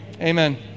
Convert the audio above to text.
Amen